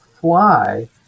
fly